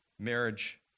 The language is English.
Marriage